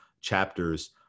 chapters